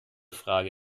frage